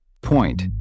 Point